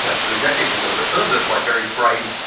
yeah this is decades ago, but sort of this like very bright,